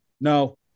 No